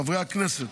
חברי הכנסת,